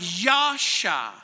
Yasha